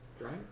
right